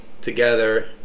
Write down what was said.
together